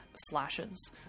slashes